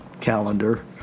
calendar